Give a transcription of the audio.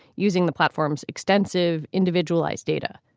using the platform's extensive individualized data.